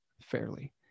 fairly